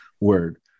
word